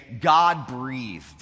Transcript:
God-breathed